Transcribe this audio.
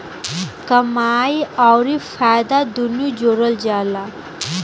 कमाई अउर फायदा दुनू जोड़ल जला